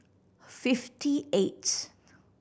fifty eight